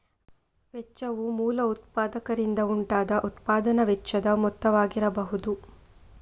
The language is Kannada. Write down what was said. ವೆಚ್ಚವು ಮೂಲ ಉತ್ಪಾದಕರಿಂದ ಉಂಟಾದ ಉತ್ಪಾದನಾ ವೆಚ್ಚದ ಮೊತ್ತವಾಗಿರಬಹುದು